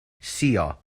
suo